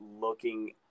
looking